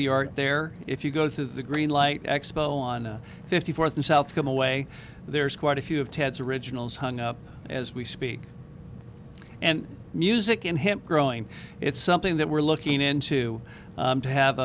the art there if you go to the green light expo on fifty fourth and south come away there's quite a few of ted's originals hung up as we speak and music and hip growing it's something that we're looking into to have